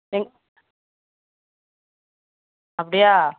எங் அப்படியா